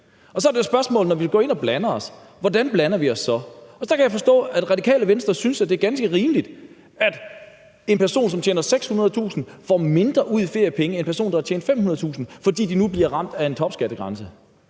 Og så er det jo spørgsmålet, hvordan vi, når vi går ind og blander os, så blander os. Der kan jeg forstå, at Radikale Venstre synes, at det er ganske rimeligt, at en person, som tjener 600.000 kr., får mindre ud i feriepenge end en person, der har tjent 500.000 kr., fordi de nu bliver ramt af en topskattegrænse.